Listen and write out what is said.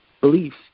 beliefs